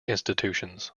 institutions